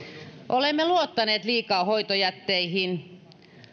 olemme luottaneet liikaa hoitojätteihin